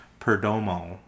Perdomo